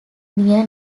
near